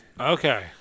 Okay